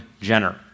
Jenner